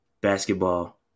Basketball